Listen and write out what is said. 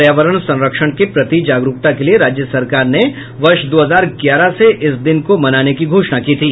पर्यावरण संरक्षण के प्रति जागरूकता के लिए राज्य सरकार ने वर्ष दो हजार ग्यारह से इस दिन को मनाने की घोषणा की थी